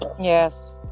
yes